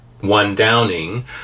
one-downing